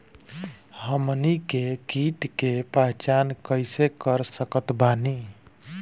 हमनी के कीट के पहचान कइसे कर सकत बानी?